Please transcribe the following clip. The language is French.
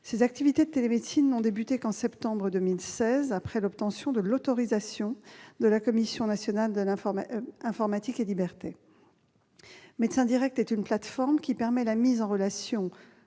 Ses activités de télémédecine n'ont débuté qu'en septembre 2016, après l'obtention de l'autorisation de la Commission nationale de l'informatique et des libertés. MédecinDirect est une plateforme qui permet la mise en relation